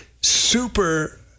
super